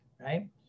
right